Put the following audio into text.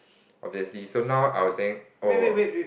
obviously so now I was telling oh